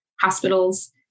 hospitals